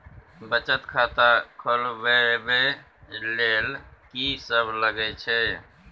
बचत खाता खोलवैबे ले ल की सब लगे छै?